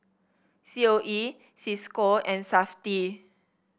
C O E Cisco and Safti